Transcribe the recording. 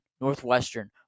Northwestern